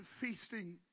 feasting